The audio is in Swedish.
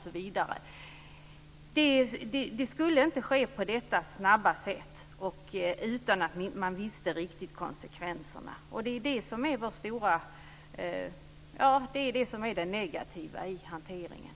Införandet borde inte ske på detta snabba sätt utan att man riktigt är medveten om konsekvenserna. Det är det som är det negativa i hanteringen.